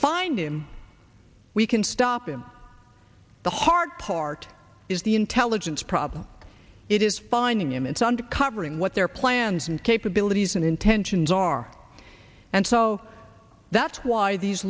find him we can stop him the hard part is the intelligence problem it is finding him it's and covering what their plans and capabilities and intentions are and so that's why these